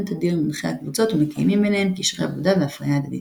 תדיר מנחי הקבוצות ומקיימים ביניהם קשרי עבודה והפריה הדדית.